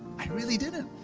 i really didn't.